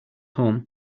home